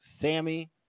Sammy